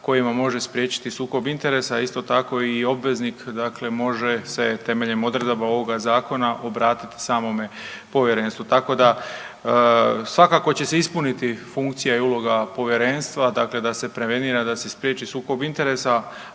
kojima može spriječiti sukob interesa. Isto tako i obveznik dakle može se temeljem odredaba ovoga Zakona, obratiti samome Povjerenstvu. Tako da svakako će se ispuniti funkcija i uloga Povjerenstva, dakle da se prevenira, da se spriječi sukob interesa,